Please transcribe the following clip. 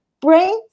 brain